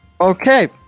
okay